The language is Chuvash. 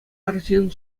арҫын